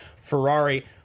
Ferrari